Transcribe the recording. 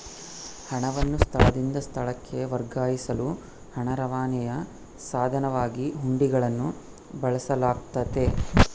ಹಣವನ್ನು ಸ್ಥಳದಿಂದ ಸ್ಥಳಕ್ಕೆ ವರ್ಗಾಯಿಸಲು ಹಣ ರವಾನೆಯ ಸಾಧನವಾಗಿ ಹುಂಡಿಗಳನ್ನು ಬಳಸಲಾಗ್ತತೆ